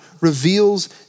reveals